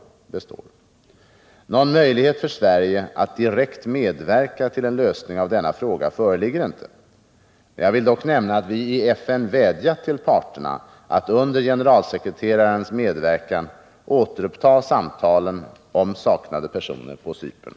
Någon möjlighet för Sverige att direkt medverka till en lösning av denna fråga föreligger inte. Jag vill dock nämna att vi i FN vädjat till parterna att under generalsekreterarens medverkan återuppta samtalen om saknade personer på Cypern.